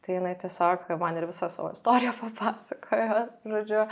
tai jinai tiesiog man ir visą savo istoriją papasakojo žodžiu